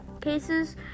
cases